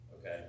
Okay